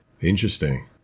Interesting